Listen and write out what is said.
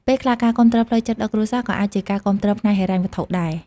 ពេលខ្លះការគាំទ្រផ្លូវចិត្តដល់គ្រួសារ ក៏អាចជាការគាំទ្រផ្នែកហិរញ្ញវត្ថុដែរ។